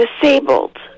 disabled